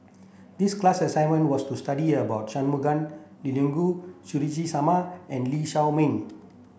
the class assignment was to study about Shangguan Liuyun Suzairhe Sumari and Lee Shao Meng